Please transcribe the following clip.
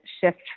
shift